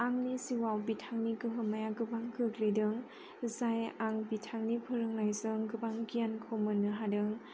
आंनि जिउआव बिथांनि गोहोमाया गोबां गोग्लैदों जाय आं बिथांनि फोरोंनायजों गोबां गियानखौ मोननो हादों